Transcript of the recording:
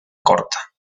corta